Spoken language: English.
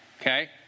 okay